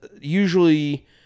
usually